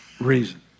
reason